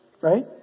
right